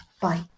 bye